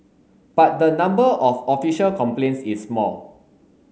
but the number of official complaints is small